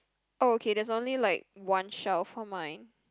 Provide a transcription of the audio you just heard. oh okay there's only like one shell for mine